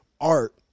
Art